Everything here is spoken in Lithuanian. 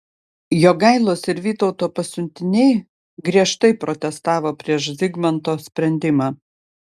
jogailos ir vytauto pasiuntiniai griežtai protestavo prieš zigmanto sprendimą